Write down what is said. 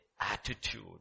attitude